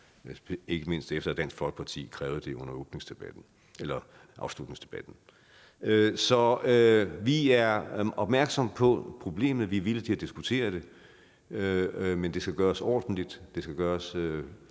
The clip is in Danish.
ikke mindst efter at Dansk Folkeparti krævede det under afslutningsdebatten. Så vi er opmærksomme på problemet, og vi er villige til at diskutere det, men det skal gøres ordentligt, det skal gøres